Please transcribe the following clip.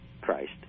Christ